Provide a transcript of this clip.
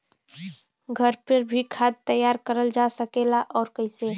घर पर भी खाद तैयार करल जा सकेला और कैसे?